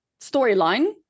storyline